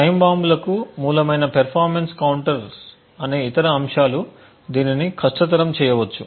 time బాంబులకు మూలమైన performance counters అనే ఇతర అంశాలు దీనిని కష్టతరం చేయవచ్చు